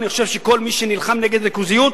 אני חושב שכל מי שנלחם נגד ריכוזיות,